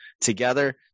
together